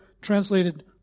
translated